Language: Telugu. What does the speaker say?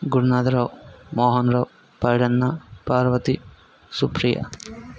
గున్నాదిరావ్ మోహన్రావ్ పైడన్న పార్వతి సుప్రియ